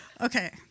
Okay